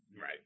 Right